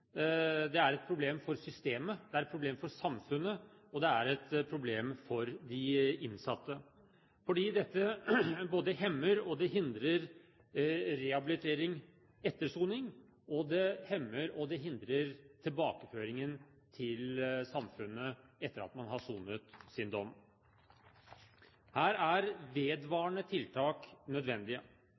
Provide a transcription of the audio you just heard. Det er et problem for systemet, det er et problem for samfunnet, og det er et problem for de innsatte, fordi dette både hemmer og det hindrer rehabilitering etter soning, og det hemmer og det hindrer tilbakeføringen til samfunnet etter at man har sonet sin dom. Her er vedvarende tiltak nødvendige,